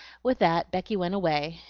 with that becky went away,